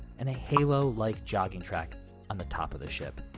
and a halo-like jogging track on the top of the ship.